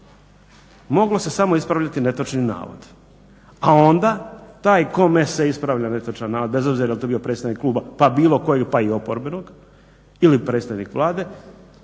moglo se samo ispravljati netočni navod, a onda taj kome se ispravlja netočan navod, bez obzira dal to bio predstavnik kluba, pa bilo koje pa i oporbenog ili predstavnik Vlade,